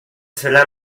serà